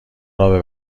رابه